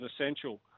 essential